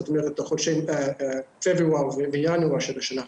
זאת אומרת פברואר וינואר השנה.